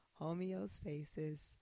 homeostasis